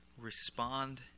respond